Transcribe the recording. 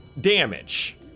damage